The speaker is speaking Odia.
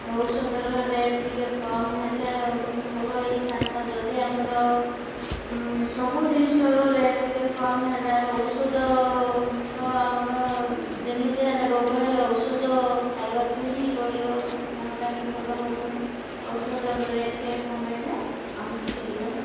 ଔଷଧର ରେଟ୍ ଟିକେ କମ୍ ହେଲେ ଭଲ ହେଇଥାନ୍ତା ଯଦି ଆମର ସବୁ ଜିନିଷର ରେଟ୍ ଟିକେ କମ୍ ହେଲେ ଔଷଧ ତ ଆମର ଯେମିତି ହେଲେ ରୋଗ ହେଲେ ଔଷଧ ଖାଇବାକୁ ହିଁ ପଡ଼ିବ ନହେଲେ ଆମେ ଭଲ ହବୁନୁ ଔଷଧର ରେଟ୍ ଟିକେ କମାଇଲେ ଆମକୁ ସୁବିଧା ହବ